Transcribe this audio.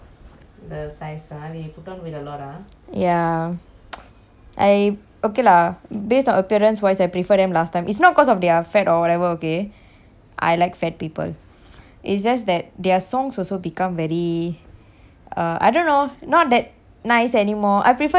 ya I okay lah based on appearance wise I prefer them last time it's not because of their fat or whatever okay I like fat people it's just that their songs also become very err I don't know not that nice anymore I prefer their old songs eh ya